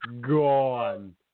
gone